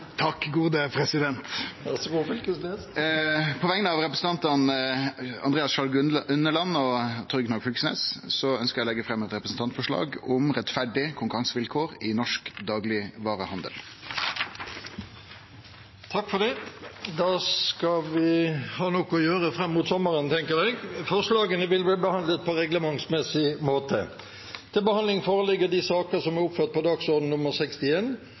På vegner av representantane Andreas Sjalg Unneland og meg sjølv ønskjer eg å leggje fram eit representantforslag om rettferdige konkurransevilkår i norsk daglegvarehandel. Da har vi nok å gjøre fram mot sommeren, tenker jeg. Forslagene vil bli behandlet på reglementsmessig måte.